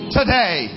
today